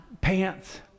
pants